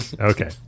Okay